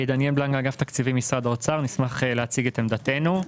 שלום, אני ממשרד האוצר, נשמח להציג את עמדתנו.